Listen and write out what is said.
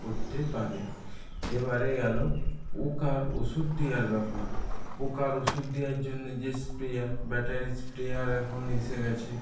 করতে পারে এবারে গেল পোকার ওষুধ দেওয়ার ব্যাপার পোকার ওষুধ দেওয়ার জন্য যে স্প্রেয়ার ব্যাটারি স্প্রেয়ার এখন এসে গেছে